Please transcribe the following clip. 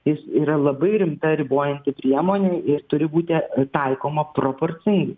jis yra labai rimta ribojanti priemonė ir turi būti taikoma proporcingai